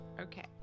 Okay